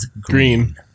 Green